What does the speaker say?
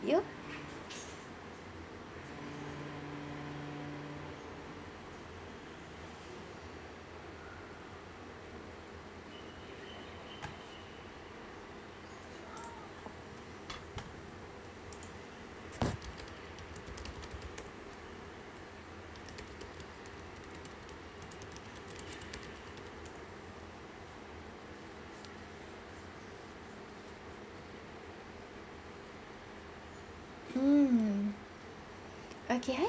you